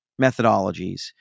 methodologies